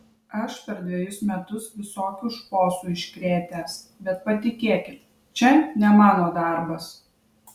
aš per dvejus metus visokių šposų iškrėtęs bet patikėkit čia ne mano darbas